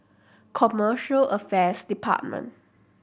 Commercial Affairs Department